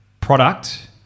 product